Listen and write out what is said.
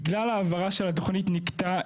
בגלל ההעברה של התוכנית נקטע,